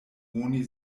oni